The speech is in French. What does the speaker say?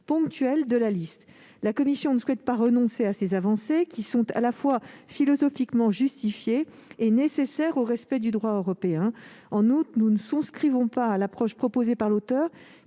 ponctuelles de la liste. La commission ne souhaite pas renoncer à ces avancées, qui sont à la fois philosophiquement justifiées et nécessaires au respect du droit européen. En outre, nous ne souscrivons pas à l'approche proposée par l'auteur,